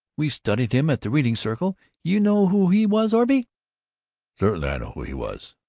we studied him at the reading circle. you know who he was, orvy. certainly i know who he was!